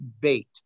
bait